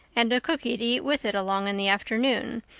and a cooky to eat with it along in the afternoon,